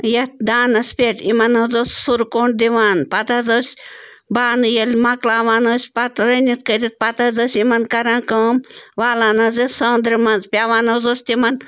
یَتھ دانَس پٮ۪ٹھ یِمَن حظ اوس سُرٕ کوٚنٛڈ دِوان پَتہٕ حظ ٲسۍ بانہٕ ییٚلہِ مۄکلاوان ٲسۍ پَتہٕ رٔنِتھ کٔرِتھ پَتہٕ حظ ٲسۍ یِمَن کَران کٲم والان حظ ٲسۍ سٲنٛدرِ منٛز پٮ۪وان حظ اوس تِمَن